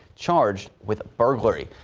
charged with burglary.